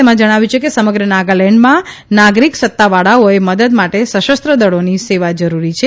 તેમાં જણાવ્યું છે કે સમગ્ર નાગાલેન્ડમાં નાગરિક સત્તાવાળાઓએ મદદ માટે સશસ્ત્ર દળોની સેવા જરૂરી છે